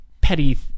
petty